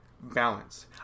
balance